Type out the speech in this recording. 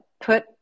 put